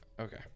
Okay